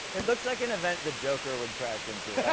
it looks like an event the joker would crash into